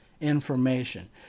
information